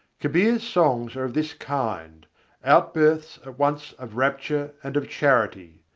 kabir's songs are of this kind out-births at once of rapture and of charity.